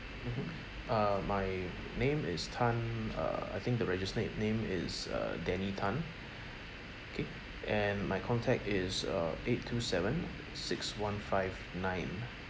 mmhmm uh my name is tan err I think the registered nickname is uh danny tan K and my contact is uh eight two seven six one five nine